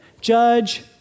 Judge